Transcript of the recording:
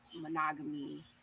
monogamy